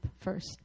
first